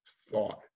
thought